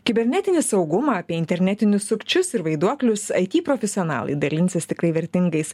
kibernetinį saugumą apie internetinius sukčius ir vaiduoklius it profesionalai dalinsis tikrai vertingais